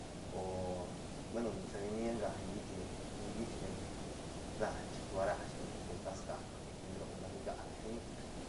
O bueno sa ni nia nga bie ni bibeñ daiñ chic ba rashbeñ pues gas gac beñ ten roc nac igala shinic.